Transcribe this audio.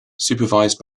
supervised